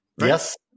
Yes